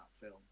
film